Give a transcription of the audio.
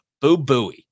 Boo-booey